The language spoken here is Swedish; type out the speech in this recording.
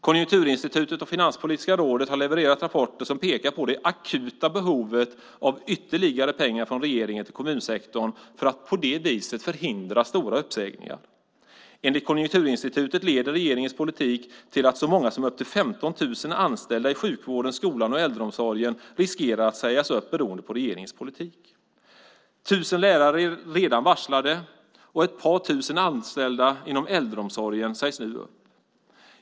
Konjunkturinstitutet och Finanspolitiska rådet har levererat rapporter som pekar på det akuta behovet av ytterligare pengar från regeringen till kommunsektorn för att på det viset förhindra stora uppsägningar. Enligt Konjunkturinstitutet leder regeringens politik till att så många som upp till 15 000 anställda i sjukvården, skolan och äldreomsorgen riskerar att sägas upp. 1 000 lärare är redan varslade, och ett par tusen anställda inom äldreomsorgen sägs nu upp.